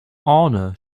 honor